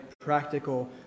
practical